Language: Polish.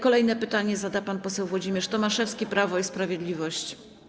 Kolejne pytanie zada pan poseł Włodzimierz Tomaszewski, Prawo i Sprawiedliwość.